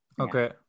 Okay